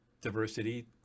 diversity